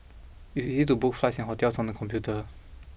it is easy to book flights and hotels on the computer